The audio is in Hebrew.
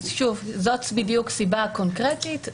הייתי עוד מקשה על הגופים והייתי מקצר את התקופות,